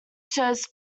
shows